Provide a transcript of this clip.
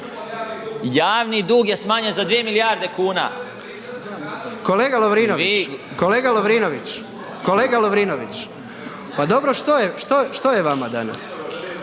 razumije se./… **Jandroković, Gordan (HDZ)** Kolega Lovrinović, kolega Lovrinović, kolega Lovrinović, pa dobro što je vama danas?